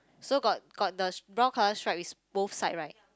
so got got the brown colour stripe is both side right